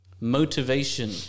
motivation